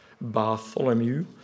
Bartholomew